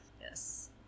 Yes